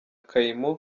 kaymu